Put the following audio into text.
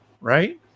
right